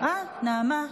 אה, נעמה.